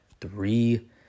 three